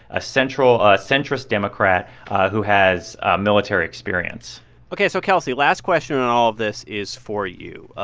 a central centrist democrat who has military experience ok. so, kelsey, last question in all of this is for you.